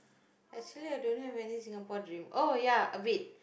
actually I don't have any Singapore dream oh ya a bit